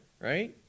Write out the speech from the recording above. right